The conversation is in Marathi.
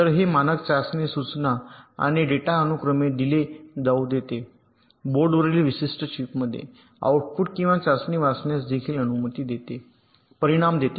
तर हे मानक चाचणी सूचना आणि डेटा अनुक्रमे दिले जाऊ देते बोर्डवरील विशिष्ट चिपमध्ये आउटपुट किंवा चाचणी वाचण्यास देखील अनुमती परिणाम देते